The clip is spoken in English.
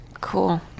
Cool